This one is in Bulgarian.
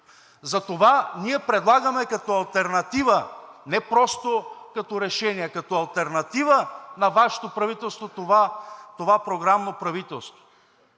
Затова ние предлагаме като алтернатива – не просто като решение, като алтернатива на Вашето правителство, това програмно правителство